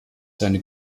seine